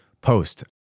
post